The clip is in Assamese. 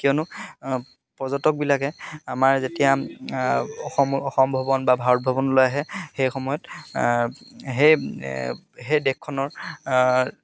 কিয়নো পৰ্যটকবিলাকে আমাৰ যেতিয়া অসম ভ্ৰমণ বা ভাৰত ভ্ৰমণলৈ আহে সেই সময়ত সেই সেই দেশখনৰ